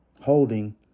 holding